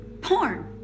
porn